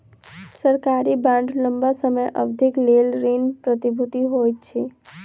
सरकारी बांड लम्बा समय अवधिक लेल ऋण प्रतिभूति होइत अछि